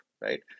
right